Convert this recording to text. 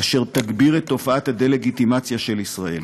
אשר תגביר את תופעת הדה-לגיטימציה של ישראל.